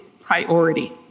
priority